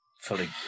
fully